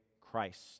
Christ